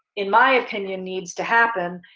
in my opinion needs to happen,